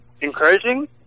encouraging